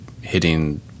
hitting